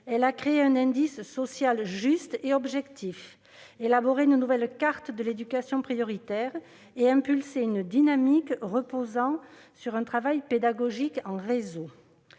elle a créé un indice social juste et objectif, élaboré une nouvelle carte de l'éducation prioritaire et impulsé une dynamique reposant sur un travail pédagogique en réseau.